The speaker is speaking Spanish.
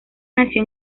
nació